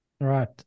right